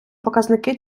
показники